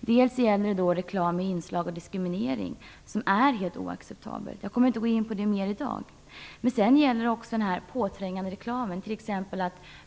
Det gäller reklam med inslag av diskriminering som är oacceptabel, men jag kommer inte att gå in på det i dag.